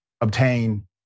obtain